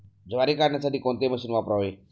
ज्वारी काढण्यासाठी कोणते मशीन वापरावे?